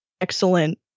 excellent